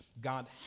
God